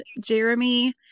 Jeremy